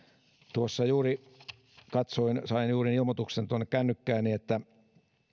tuossa juuri katsoin sain juuri ilmoituksen tuonne kännykkääni että